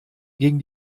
gegen